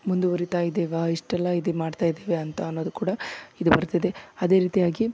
ಮುಂದುವರೀತಾ ಇದ್ದೇವಾ ಇಷ್ಟೆಲ್ಲ ಇದು ಮಾಡ್ತಾ ಇದೇವೆ ಅನ್ನೋದು ಕೂಡ ಇದು ಬರ್ತಿದೆ ಅದೇ ರೀತಿಯಾಗಿ